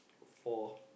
four